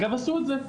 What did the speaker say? אגב, עשו את זה.